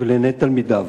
ולעיני תלמידיו.